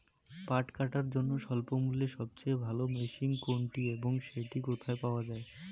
পাট কাটার জন্য স্বল্পমূল্যে সবচেয়ে ভালো মেশিন কোনটি এবং সেটি কোথায় পাওয়া য়ায়?